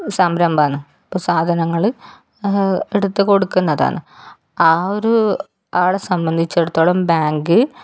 സംരംഭമാണ് ഇപ്പം സാധനങ്ങൾ എടുത്തു കൊടുക്കുന്നതാണ് ആ ഒരു ആളെ സംബന്ധിച്ചിടത്തോളം ബാങ്ക്